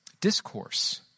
discourse